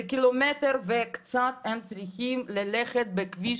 זה קילומטר וקצת, הם צריכים ללכת בכביש.